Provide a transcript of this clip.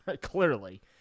clearly